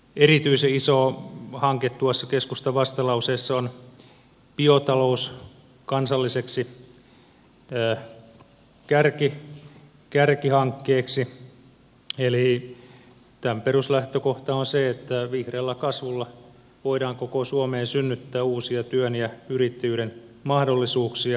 erityisen iso hanke tuossa keskustan vastalauseessa on biotalous kansalliseksi kärkihankkeeksi eli tämän peruslähtökohta on se että vihreällä kasvulla voidaan koko suomeen synnyttää uusia työn ja yrittäjyyden mahdollisuuksia